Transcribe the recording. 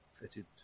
fitted